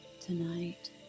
tonight